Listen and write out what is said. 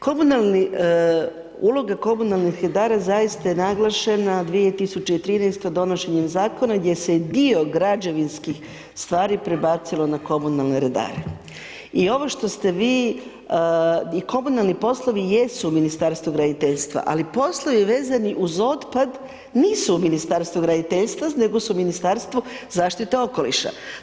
Komunalni, uloga komunalnih redara zaista je naglašena 2013. donošenjem zakona gdje se dio građevinskih stvari prebacilo na komunalne redare i ovo što ste vi i komunalni poslovi jesu u Ministarstvu graditeljstva, ali poslovi vezani uz otpad nisu u Ministarstvu graditeljstva nego su u Ministarstvu zaštite okoliša.